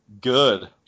good